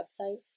website